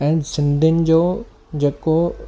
ऐं सिंधीयुनि जो जेको